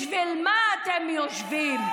בשביל מה אתם יושבים?